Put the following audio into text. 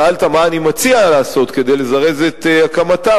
שאלת מה אני מציע לעשות כדי לזרז את הקמתה.